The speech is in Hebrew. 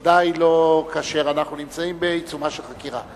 וודאי לא כאשר אנחנו נמצאים בעיצומה של חקירה.